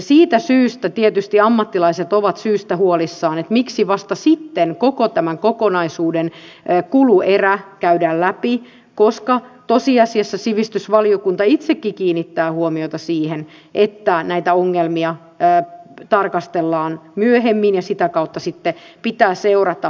siitä syystä tietysti ammattilaiset ovat syystä huolissaan että miksi vasta sitten koko tämän kokonaisuuden kuluerä käydään läpi koska tosiasiassa sivistysvaliokunta itsekin kiinnittää huomiota siihen että näitä ongelmia tarkastellaan myöhemmin ja sitä kautta sitten pitää seurata